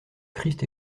christ